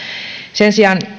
sen sijaan